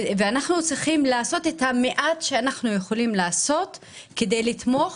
ואנחנו צריכים לעשות את המעט שאנו יכולים לעשות כדי לתמוך